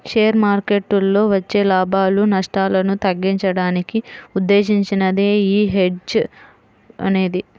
share మార్కెట్టులో వచ్చే లాభాలు, నష్టాలను తగ్గించడానికి ఉద్దేశించినదే యీ హెడ్జ్ అనేది